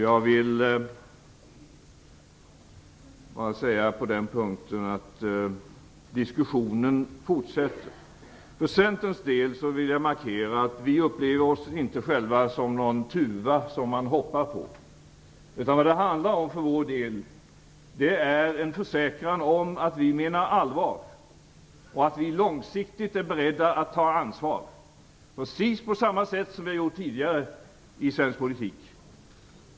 Jag vill på den punkten bara säga att diskussionen fortsätter. För Centerns del vill jag markera att vi inte upplever oss själva som en tuva som man hoppar på. För vår del handlar det i stället om en försäkran om att vi menar allvar och att vi långsiktigt är beredda att ta ansvar, precis på samma sätt som vi gjort tidigare i svensk politik.